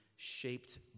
shaped